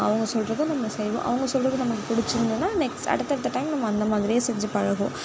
அவங்க சொல்லுறதும் நம்ம செய்வோம் அவங்க சொல்லுறது நம்மளுக்கு பிடிச்சிருந்துதுன்னா நெக்ஸ்ட் அடுத்தடுத்த டைம் நம்ம அந்த மாதிரியே செஞ்சு பழகுவோம்